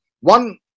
one